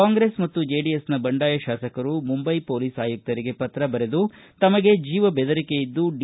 ಕಾಂಗ್ರೆಸ್ ಮತ್ತು ಜೆಡಿಎಸ್ನ ಬಂಡಾಯ ಶಾಸಕರು ಮುಂಬೈ ಪೊಲೀಸ್ ಆಯುಕ್ತರಿಗೆ ಪತ್ರ ಬರೆದು ತಮಗೆ ಜೀವ ಬೆದರಿಕೆ ಇದ್ದು ಡಿ